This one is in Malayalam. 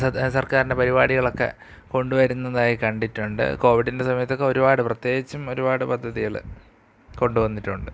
സർക്കാരിൻ്റെ പരിപാടികളൊക്കെ കൊണ്ടുവരുന്നതായി കണ്ടിട്ടുണ്ട് കോവിഡിൻ്റെ സമയത്തൊക്കെ ഒരുപാട് പ്രത്യേകിച്ചും ഒരുപാട് പദ്ധതികൾ കൊണ്ടുവന്നിട്ടുണ്ട്